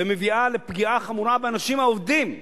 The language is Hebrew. ומביאה לפגיעה חמורה באנשים העובדים,